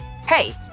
Hey